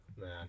man